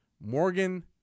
Morgan